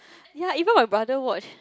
ya even my brother watch